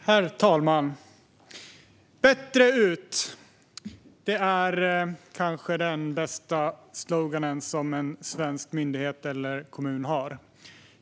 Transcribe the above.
Herr talman! "Bättre ut" - det är kanske den bästa slogan en svensk myndighet eller kommun har.